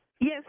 Yes